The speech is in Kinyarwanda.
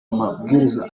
amabwiriza